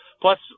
Plus